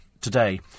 today